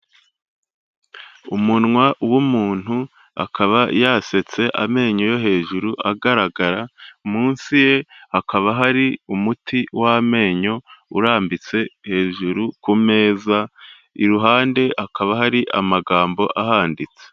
Umunwa w'umuntu, akaba yasetse amenyo yo hejuru agaragara, munsi ye hakaba hari umuti w'amenyo urambitse hejuru ku meza, iruhande hakaba hari amagambo ahanditse.